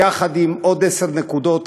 יחד עם עוד עשר נקודות,